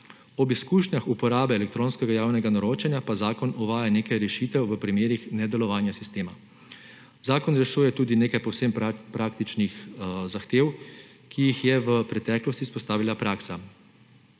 Ob izkušnjah uporabe elektronskega javnega naročanja pa zakon uvaja nekaj rešitev v primerih nedelovanja sistema. Zakon rešuje tudi nekaj povsem praktičnih zahtev, ki jih je v preteklosti vzpostavila praksa,